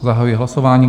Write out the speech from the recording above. Zahajuji hlasování.